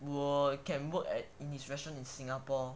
will can work at his restaurant in singapore